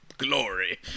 glory